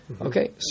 Okay